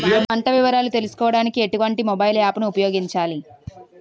పంట వివరాలు తెలుసుకోడానికి ఎటువంటి మొబైల్ యాప్ ను ఉపయోగించాలి?